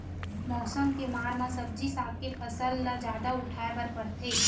मउसम के मार म सब्जी साग के फसल ल जादा उठाए बर परथे